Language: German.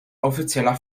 offizieller